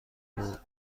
بود